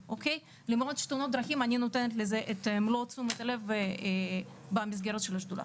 למרות שאני נותנת לתאונות דרכים את מלוא תשומת הלב במסגרת השדולה.